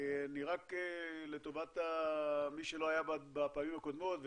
לטובת מי שלא היה בפעמים הקודמות,